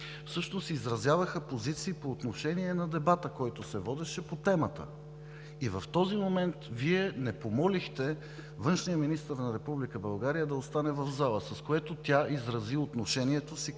всъщност изразяваха позиции по отношение на дебата, който се водеше по темата. И в този момент Вие не помолихте външния министър на Република България да остане в залата, с което тя изрази отношенията си